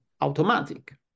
automatic